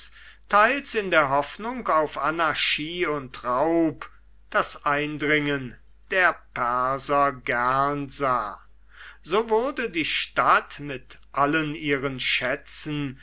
teils in der hoffnung auf anarchie und raub das eindringen der perser gern sah so wurde die stadt mit allen ihren schätzen